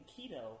keto